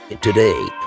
Today